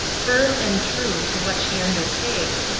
firm and true to what she undertakes,